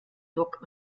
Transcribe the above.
dock